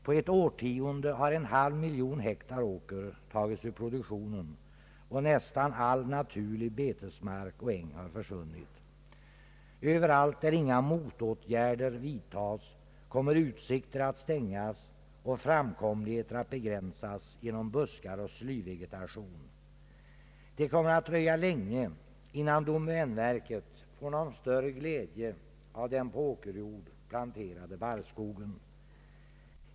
På ett årtionde har en halv miljon hektar åker tagits ur produktionen, och nästan all naturlig betesmark och äng har försvunnit. Överallt där inga motåtgärder vidtas kommer utsikter att stängas och framkomligheten att begränsas av buskar och slyvegetation. Det kommer att dröja länge, innan domänverket får någon större glädje av den på åkerjord planterade barrskogen.